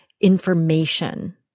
information